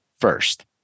first